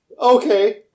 Okay